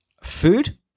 food